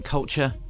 Culture